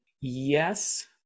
Yes